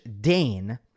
Dane